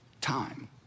time